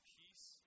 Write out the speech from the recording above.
peace